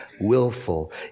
willful